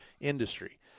industry